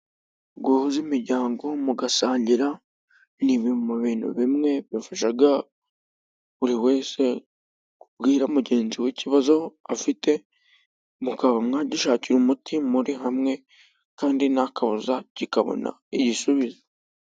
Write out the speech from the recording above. Guhuza imiryango mugasangira, ni mu bintu bimwe bifasha buri wese kubwira mugenzi we ikibazo afite, mukaba mwagishakira umuti muri hamwe, kandi nta kabuza kikabona igisubizo.